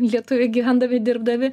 lietuviai gyvendami dirbdami